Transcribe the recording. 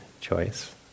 choice